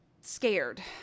scared